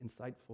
insightful